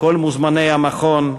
כל מוזמני המכון,